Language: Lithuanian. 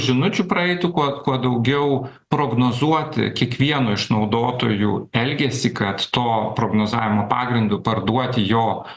žinučių praeitų kuo kuo daugiau prognozuoti kiekvieno iš naudotojų elgesį kad to prognozavimo pagrindu parduoti jo